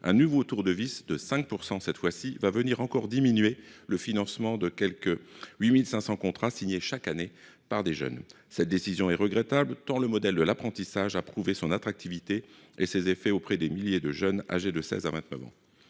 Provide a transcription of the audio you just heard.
un nouveau tour de vis, de 5 % cette fois-ci, va venir encore diminuer le financement des quelque 850 000 contrats signés chaque année par des jeunes. Cette décision est regrettable, tant le modèle de l’apprentissage a prouvé son attractivité et ses effets auprès de milliers de jeunes âgés de 16 ans à 29 ans.